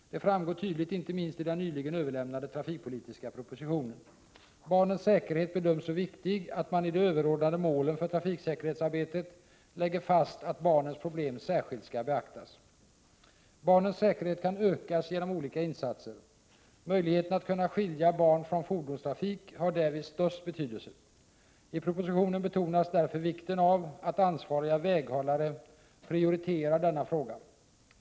Det framgår tydligt inte minst i den nyligen överlämnade trafikpolitiska propositionen. Barnens säkerhet bedöms så viktig att man i de överordnade målen för trafiksäkerhetsarbetet lägger fast att barnens problem särskilt skall beaktas. Barnens säkerhet kan ökas genom olika insatser. Möjligheten att skilja barn från fordonstrafik har därvid störst betydelse. I propositionen betonas därför vikten av att ansvariga väghållare prioriterar denna fråga.